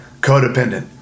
codependent